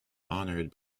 honored